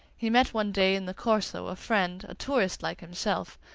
he met one day in the corso a friend, a tourist like himself,